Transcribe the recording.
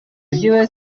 reviewer